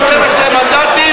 12 מנדטים.